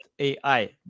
AI